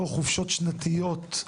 חופשות שנתיות,